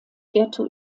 ghetto